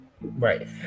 right